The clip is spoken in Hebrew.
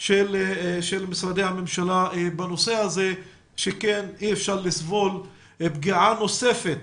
של משרדי הממשלה בנושא הזה שכן אי אפשר לסבול פגיעה נוספת